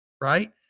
right